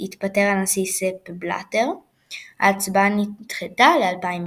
הכולל שנים עשר בתים של ארבע נבחרות כל